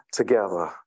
together